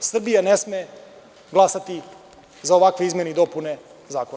Srbija ne sme glasati za ovakve izmene i dopune Zakona.